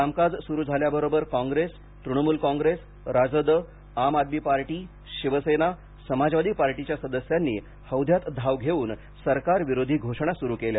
कामकाज सुरू झाल्याबरोबर कॉंग्रेस तृणमूल कॉंग्रेस राजद आम आदमी पार्टी शिवसेना समाजवादी पार्टीच्या सदस्यांनी हौद्यात धाव घेऊन सरकारविरोधी घोषणा सुरू केल्या